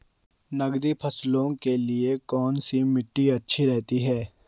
नकदी फसलों के लिए कौन सी मिट्टी अच्छी रहती है?